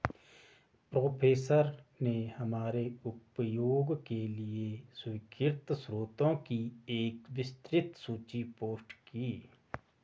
professor ने हमारे उपयोग के लिए स्वीकृत स्रोतों की एक विस्तृत सूची पोस्ट की